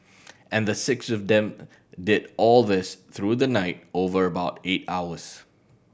and the six of them did all this through the night over about eight hours